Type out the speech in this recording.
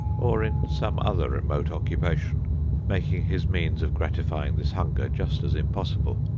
or in some other remote occupation making his means of gratifying this hunger just as impossible.